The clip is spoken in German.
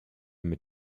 mit